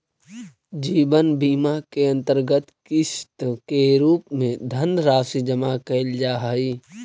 जीवन बीमा के अंतर्गत किस्त के रूप में धनराशि जमा कैल जा हई